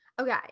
Okay